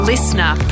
Listener